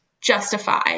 justify